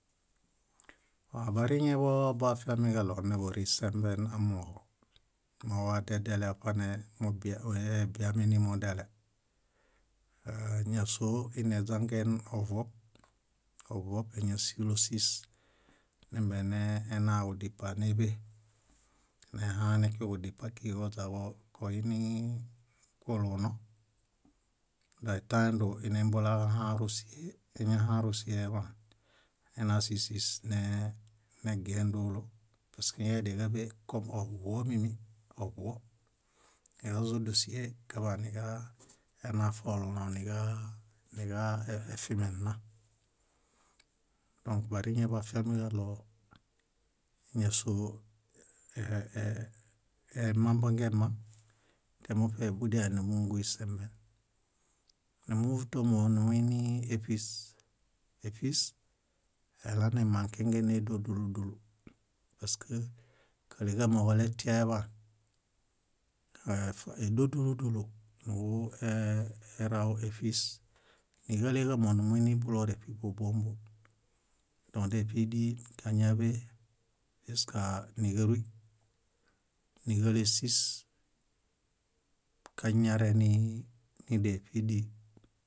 Bariŋeḃo boafiamiġaɭo niḃurĩsemben amooġo mowadedele waṗene ebiaminimodele, ineźangen ovuob. Ovuob éñasulosis, nimbenenaġudipa néḃe, nehanẽkuġudipa kíġi koźakoinii kuluno, naetãe dóo enembulaġahãrũ síhe, eñahãrũ síhe eḃaan, nena sísis ne- negien dólo pask káidianiġaḃe kom oḃuo mími, oḃuo, níġazodosihe kaḃaniġaena foluno niġa- niġaefimenna. Dõk bariŋe boafiamiġaɭo ñásoo e- e- emambongemaŋ temuṗe budiale núḃungui semben. Núhutomoo numuini éṗis. éṗis elanemãkengen nédodúlu dúlu pask káleġamo koletiaeḃaan, éf- édodúlu dúlu nuġueraw éṗis, níġaleġamonumuinibulorepiḃobombo. Dõk déṗidii káñaḃe ĵuskaa níġaruy, níġalesis kañare nídeṗidii.